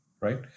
right